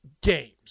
games